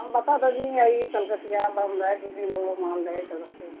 ہم بتا دی یہی سنکٹیاں ب جائے دلی بو مان ج ہےت